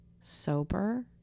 sober